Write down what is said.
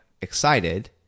excited